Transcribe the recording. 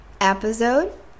episode